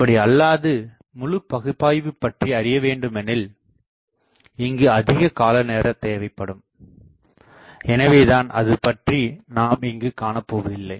அப்படி அல்லாது முழு பகுப்பாய்வு பற்றி அறிய வேண்டுமெனில் இங்கு அதிக காலநேரம் தேவைப்படும் எனவேதான் அது பற்றி நாம் இங்கு காணப் போவதில்லை